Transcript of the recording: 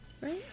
right